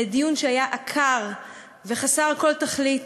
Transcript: לדיון שהיה עקר וחסר כל תכלית,